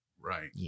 Right